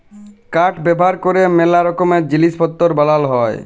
কাঠ ব্যাভার ক্যরে ম্যালা রকমের জিলিস পত্তর বালাল হ্যয়